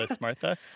Martha